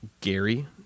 Gary